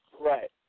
Right